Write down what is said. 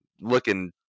looking